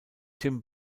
tim